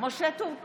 משה טור פז,